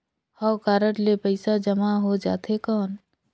हव कारड ले पइसा जमा हो जाथे कौन?